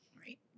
right